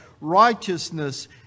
righteousness